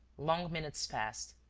long minutes passed.